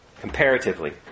comparatively